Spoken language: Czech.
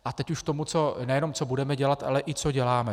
A teď už k tomu, co nejenom budeme dělat, ale i co děláme.